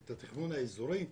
את התכנון האזורי,